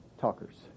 talkers